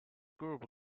group